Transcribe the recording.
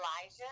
Elijah